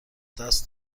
دست